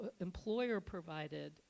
employer-provided